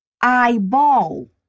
Eyeball